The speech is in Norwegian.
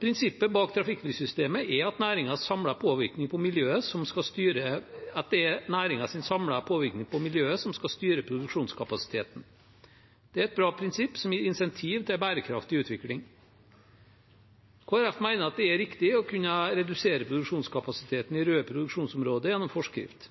Prinsippet bak trafikklyssystemet er at det er næringens samlede påvirkning på miljøet som skal styre produksjonskapasiteten. Det er et bra prinsipp, som gir incentiv til en bærekraftig utvikling. Kristelig Folkeparti mener det er riktig å kunne redusere produksjonskapasiteten i røde produksjonsområder gjennom forskrift.